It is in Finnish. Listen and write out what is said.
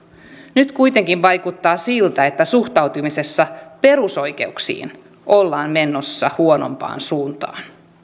nyt kuitenkin vaikuttaa siltä että suhtautumisessa perusoikeuksiin ollaan menossa huonompaan suuntaan